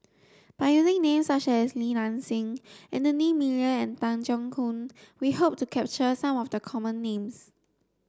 by using names such as Li Nanxing Anthony Miller and Tan Keong Choon we hope to capture some of the common names